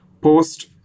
post